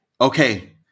Okay